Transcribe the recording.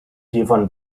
given